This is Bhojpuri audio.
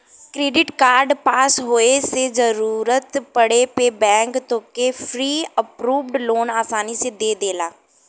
क्रेडिट कार्ड पास होये से जरूरत पड़े पे बैंक तोहके प्री अप्रूव्ड लोन आसानी से दे देला